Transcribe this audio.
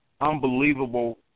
unbelievable